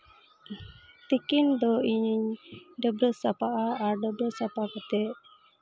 ᱛᱤᱠᱤᱱ ᱫᱚ ᱤᱧ ᱰᱟᱹᱵᱽᱨᱟᱹ ᱥᱟᱯᱷᱟᱜᱼᱟ ᱟᱨ ᱰᱟᱹᱵᱽᱨᱟᱹ ᱥᱟᱯᱷᱟ ᱠᱟᱛᱮᱫ